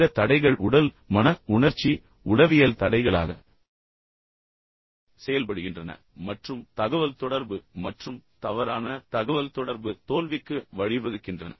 இந்த தடைகள் உடல் மன உணர்ச்சி உளவியல் தடைகளாக செயல்படுகின்றன மற்றும் தகவல்தொடர்பு மற்றும் தவறான தகவல்தொடர்பு தோல்விக்கு வழிவகுக்கின்றன